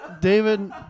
David